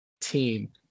team